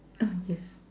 ah yes